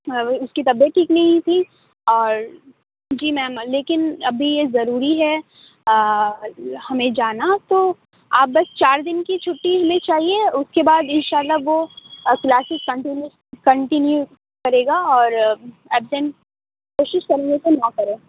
اس کی طبیعت ٹھیک نہیں تھی اور جی میم لیکن ابھی یہ ضروری ہے ہمیں جانا تو آپ بس چار دن کی چٹھی ہمیں چاہیے اس کے بعد انشاء اللہ وہ کلاسیس کنٹینیو کنٹینیو کرے گا اور ابسینٹ کوشش کریں گے کہ نہ کرے